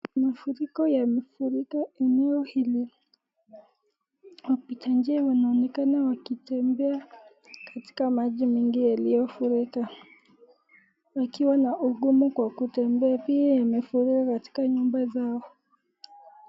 Kuna mafuriko yamefurika eneo hili, wapita njia wanaonekana wakitembea katika maji mingi yaliyofurika wakiwa na ugumu kwa kutembea pia yamefurika katika nyumba zao.